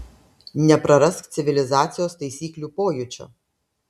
neprarask civilizacijos taisyklių pojūčio